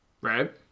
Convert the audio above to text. Right